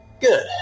good